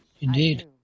Indeed